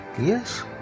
yes